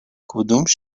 تعدادی